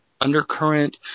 undercurrent